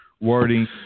wording